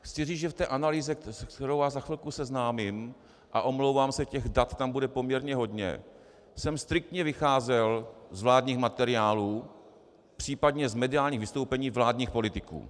Chci říci, že v té analýze, se kterou vás za chvilku seznámím a omlouvám se, těch dat tam bude poměrně hodně , jsem striktně vycházel z vládních materiálů, případně z mediálních vystoupení vládních politiků.